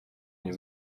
nie